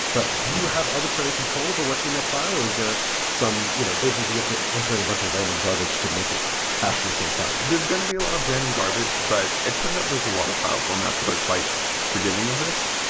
but do you have arbitrary control over what's in that file, or is there some you know basically, do you have enter in a bunch of random garbage to make it hash to the same file? there's going to be a lot of random garbage, but it turns out there's a lot of file formats that are quite forgiving of this.